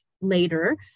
later